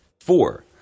Four